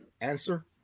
answer